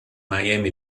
miami